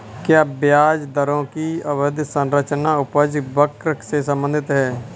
क्या ब्याज दरों की अवधि संरचना उपज वक्र से संबंधित है?